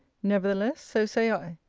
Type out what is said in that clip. nevertheless, so say i.